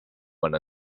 one